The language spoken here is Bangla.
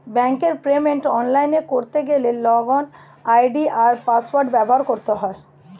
ব্যাঙ্কের পেমেন্ট অনলাইনে করতে গেলে লগইন আই.ডি আর পাসওয়ার্ড ব্যবহার করতে হয়